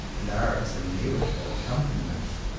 and are its inevitable accompaniment.